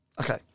Okay